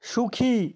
সুখী